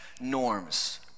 norms